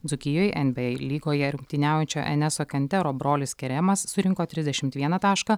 dzūkijoj nba lygoje rungtyniaujančio eneso kentero brolis keremas surinko trisdešimt vieną tašką